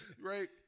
right